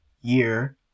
year